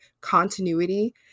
continuity